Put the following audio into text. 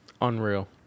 Unreal